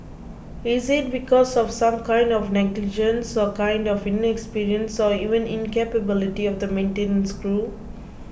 is it because of some kind of negligence or kind of inexperience or even incapability of the maintenance crew